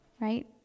right